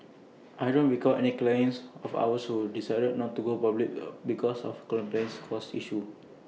I don't recall any clients of ours who decided not to go public because of compliance costs issues